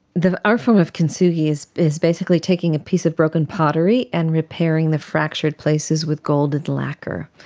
the art form of kintsugi is is basically taking a piece of broken pottery and repairing the fractured places with golden lacquer,